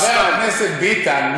חבר הכנסת ביטן,